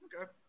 Okay